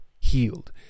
healed